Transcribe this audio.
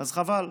אז חבל.